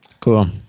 Cool